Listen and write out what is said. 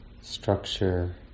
structure